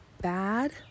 bad